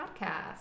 Podcast